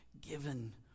given